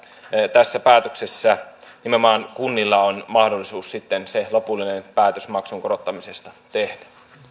tässä päätöksessä nimenomaan kunnilla on mahdollisuus sitten se lopullinen päätös maksun korottamisesta tehdä